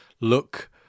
look